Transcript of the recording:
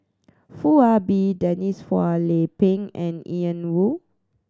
Foo Ah Bee Denise Phua Lay Peng and Ian Woo